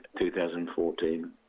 2014